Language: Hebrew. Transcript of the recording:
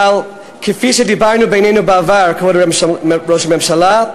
אבל כפי שדיברנו בינינו בעבר, כבוד ראש הממשלה,